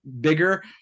bigger